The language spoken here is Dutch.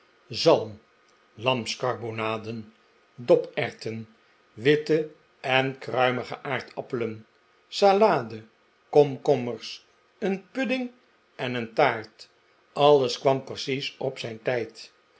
zalm lamskarbonaden doperwten witte en kruimige aardappelen salade komkommerst een pudding en een taart alles kwam precies op zijn tijd